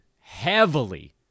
heavily